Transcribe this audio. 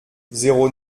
zéro